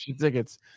tickets